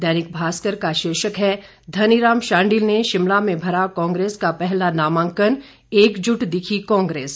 दैनिक भास्कर का शीर्षक है धनीराम शांडिल ने शिमला में भरा कांग्रेस का पहला नामांकन एकजुट दिखी कांग्रेस